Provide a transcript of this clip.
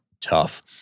Tough